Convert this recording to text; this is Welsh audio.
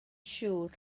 siŵr